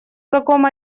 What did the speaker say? каком